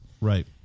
Right